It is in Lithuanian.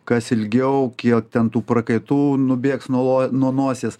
kas ilgiau kiek ten tų prakaitų nubėgs nuo nosies